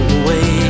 away